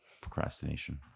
Procrastination